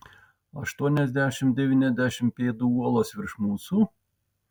aštuoniasdešimt devyniasdešimt pėdų uolos virš mūsų